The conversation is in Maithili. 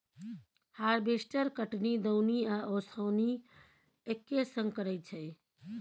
हारबेस्टर कटनी, दौनी आ ओसौनी एक्के संग करय छै